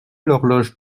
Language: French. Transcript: l’horloge